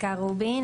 יסכה רובין,